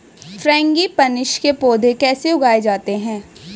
Frangipanis के पौधे कैसे उगाए जाते हैं?